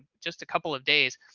just a couple of days,